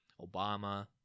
Obama